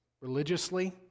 religiously